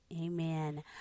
Amen